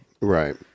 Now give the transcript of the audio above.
Right